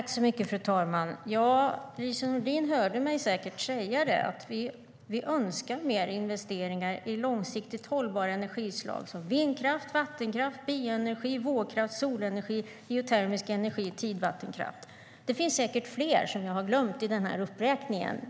Fru talman! Lise Nordin hörde mig säkert säga att vi önskar mer investeringar i långsiktigt hållbara energislag som vindkraft, vattenkraft, bioenergi, vågkraft, solenergi, geotermisk energi och tidvattenkraft. Det finns säkert fler, som jag har glömt i den här uppräkningen.